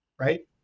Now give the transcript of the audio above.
Right